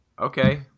Okay